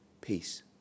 peace